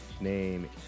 Name